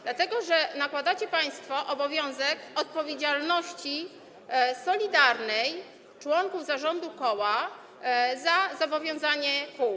Dlatego że nakładacie państwo obowiązek odpowiedzialności solidarnej na członków zarządu koła za zobowiązania kół.